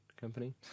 company